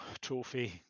trophy